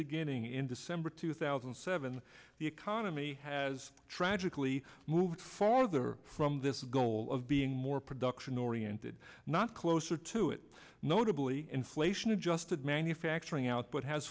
beginning in december two thousand and seven the economy has tragically moved farther from this goal of being more production oriented not closer to it notably inflation adjusted manufacturing output has